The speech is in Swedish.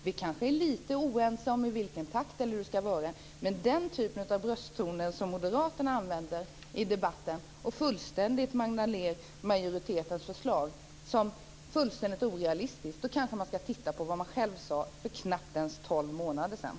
Vi kanske är lite oense om i vilken takt det ska ske och hur det ska vara, men när man använder den typ av brösttoner som moderaterna gör i debatten och fullständigt manglar ned majoritetens förslag som fullständigt orealistiskt så kanske man ska titta på vad man själv sade för inte ens tolv månader sedan.